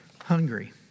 Hungry